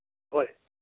ꯍꯣꯏ